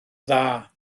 dda